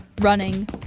running